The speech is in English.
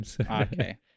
Okay